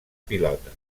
pilota